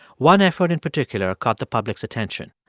one effort in particular caught the public's attention.